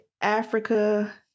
Africa